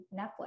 Netflix